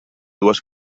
dues